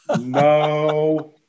No